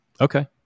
Okay